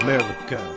America